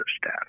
staff